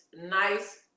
nice